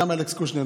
גם אלכס קושניר,